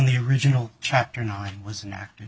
the original chapter nine was an actor